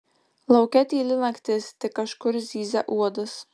lauke tyli naktis tik kažkur zyzia uodas